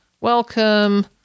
welcome